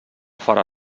farà